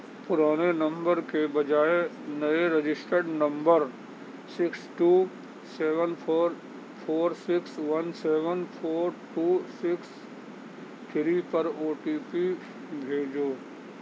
پرانے نمبر کے بجائے نئے registered number six two seven four four six one seven four two six three پر او ٹی پی بھیجو